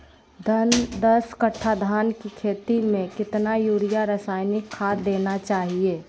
दस कट्टा धान की खेती में कितना यूरिया रासायनिक खाद देना चाहिए?